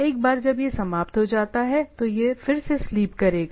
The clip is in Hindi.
एक बार जब यह समाप्त हो जाता है तो यह फिर से स्लीप करेगा